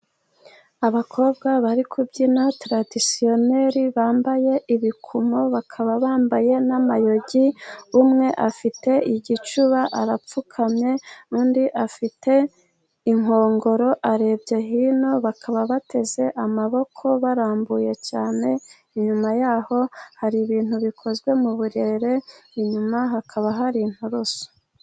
Abakobwa bari kubyina taradisiyoneri bambaye ibikomo bakaba bambaye n'amayogi, umwe afite igicuba arapfukamye undi afite inkongoro arebye hino, bakaba bateze amaboko barambuye cyane. Inyuma y'aho hari ibintu bikozwe mu burere, inyuma hakaba hari inturusu.